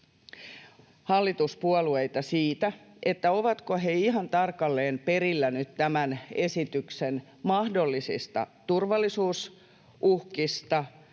hallituspuolueita siitä, että ovatko he ihan tarkalleen perillä nyt tämän esityksen mahdollisista turvallisuusuhkista